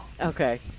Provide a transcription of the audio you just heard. okay